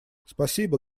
спасибо